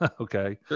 Okay